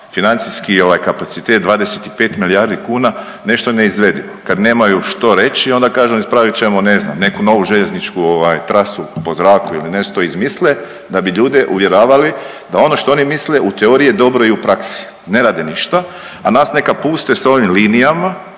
financijski ovaj kapacitet 25 milijardi kuna nešto neizvedivo. Kad nemaju što reći onda kažu ispravit ćemo ne znam neku novu željezničku ovaj trasu po zraku ili nešto izmisle da bi ljude uvjeravali da ono što oni misle u teoriji je dobro i u praksi. Ne rade ništa, a nas neka puste sa ovim linijama,